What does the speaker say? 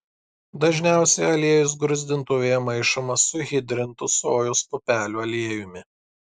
dažniausiai aliejus gruzdintuvėje maišomas su hidrintu sojos pupelių aliejumi